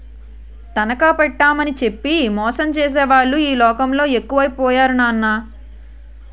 తనఖా పెట్టేమని చెప్పి మోసం చేసేవాళ్ళే ఈ లోకంలో ఎక్కువై పోయారు నాన్నా